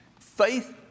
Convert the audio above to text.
Faith